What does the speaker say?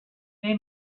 they